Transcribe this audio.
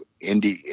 Indy